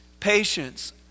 patience